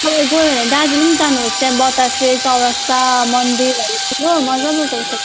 तपाईँ गोयो भने दार्जिलिङ जानुहोस् त्यहाँ बतासे चौरस्ता मन्दिरहरू छ हो मजाको छ